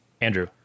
Andrew